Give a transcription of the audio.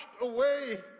away